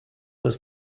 was